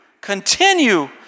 continue